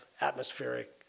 atmospheric